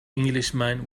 englishman